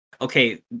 okay